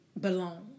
belong